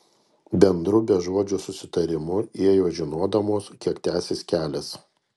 bendru bežodžiu susitarimu ėjo žinodamos kiek tęsis kelias